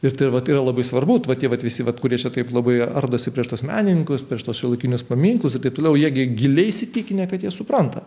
ir tai vat yra labai svarbu vat tie visi vat kurie šitaip labai ardosi prieš tuos menininkus prieš tuos šiuolaikinius paminklus ir taip toliau jie gi giliai įsitikinę kad jie supranta